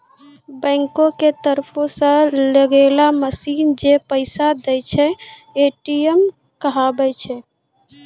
बैंको के तरफो से लगैलो मशीन जै पैसा दै छै, ए.टी.एम कहाबै छै